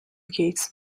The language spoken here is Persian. گیتس